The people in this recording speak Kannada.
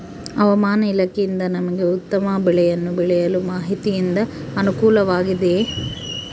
ಹವಮಾನ ಇಲಾಖೆಯಿಂದ ನಮಗೆ ಉತ್ತಮ ಬೆಳೆಯನ್ನು ಬೆಳೆಯಲು ಮಾಹಿತಿಯಿಂದ ಅನುಕೂಲವಾಗಿದೆಯೆ?